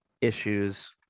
issues